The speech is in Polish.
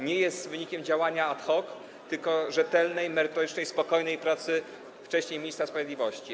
Nie jest wynikiem działania ad hoc, tylko rzetelnej, merytorycznej, spokojnej pracy wcześniej ministra sprawiedliwości.